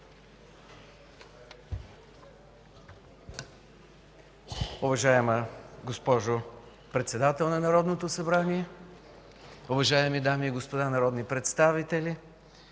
Уважаема госпожо Председател на Народното събрание, уважаеми дами и господа народни представители!